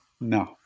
no